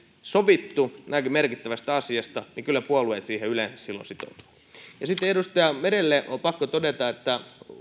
sovittu näinkin merkittävästä asiasta niin kyllä puolueet siihen yleensä silloin sitoutuvat ja sitten edustaja merelle on pakko todeta että